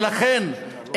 ולכן,